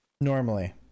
Normally